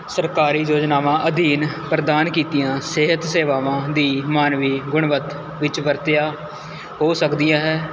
ਸਰਕਾਰੀ ਯੋਜਨਾਵਾਂ ਅਧੀਨ ਪ੍ਰਦਾਨ ਕੀਤੀਆਂ ਸਿਹਤ ਸੇਵਾਵਾਂ ਦੀ ਮਾਨਵੀ ਗੁਣਵੱਤ ਵਿੱਚ ਵਰਤਿਆ ਹੋ ਸਕਦੀਆਂ ਹੈ